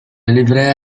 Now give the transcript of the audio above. livrea